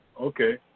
Okay